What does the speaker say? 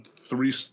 three –